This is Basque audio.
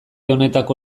honetako